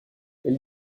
elle